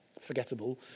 forgettable